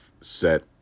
set